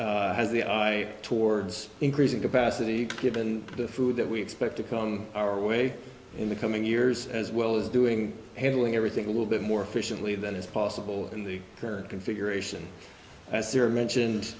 at has the eye towards increasing capacity given the food that we expect to come our way in the coming years as well as doing handling everything a little bit more efficiently than is possible in the current configuration as there mentioned